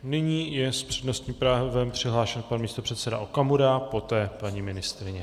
Nyní je s přednostním právem přihlášen pan místopředseda Okamura, poté paní ministryně.